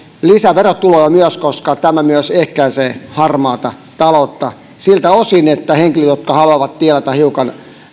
lisäverotuloja myös koska tämä myös ehkäisee harmaata taloutta siltä osin että henkilöt jotka haluavat tienata hiukan